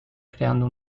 creando